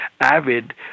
Avid